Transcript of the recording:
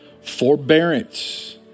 forbearance